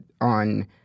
on